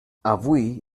avui